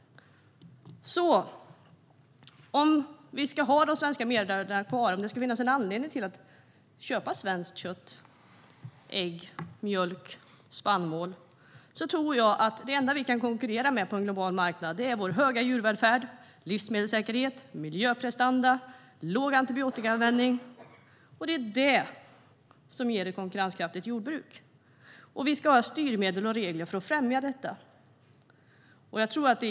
Om vi ska ha de svenska mervärdena kvar och om det ska finnas en anledning att köpa svenskt kött, svenska ägg, svensk mjölk och svensk spannmål är det enda vi kan konkurrera med på en global marknad vår höga djurvälfärd, vår höga livsmedelssäkerhet, vår höga miljöprestanda och vår låga antibiotikaanvändning. Det ger ett konkurrenskraftigt jordbruk, och vi ska ha styrmedel och regler för att främja detta.